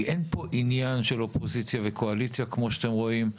כמו שאתם רואים,